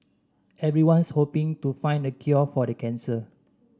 everyone's hoping to find the cure for the cancer